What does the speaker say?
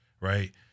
Right